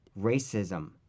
Racism